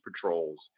patrols